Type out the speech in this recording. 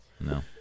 No